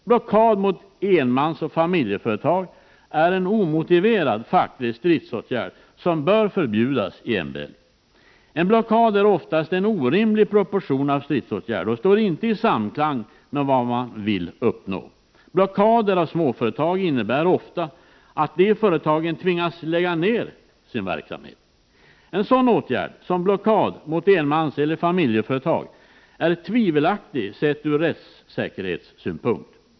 Blockad mot enmansoch familjeföretag är en omotiverad facklig stridsåtgärd som bör förbjudas i MBL. En blockad innebär oftast en orimlig proportion i fråga om stridsåtgärder och står inte i samklang med vad man vill uppnå. Blockader av småföretag innebär ofta att de företagen tvingas lägga ned sin verksamhet. En sådan åtgärd som blockad mot enmanseller familjeföretag är tvivelaktig sett ur rättssäkerhetssynpunkt.